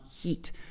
Heat